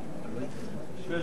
אדוני